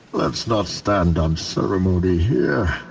let's not stand on ceremony here.